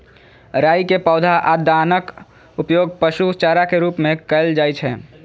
राइ के पौधा आ दानाक उपयोग पशु चारा के रूप मे कैल जाइ छै